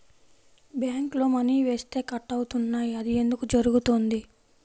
బ్యాంక్లో మని వేస్తే కట్ అవుతున్నాయి అది ఎందుకు జరుగుతోంది?